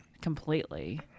Completely